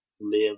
live